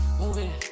moving